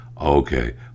Okay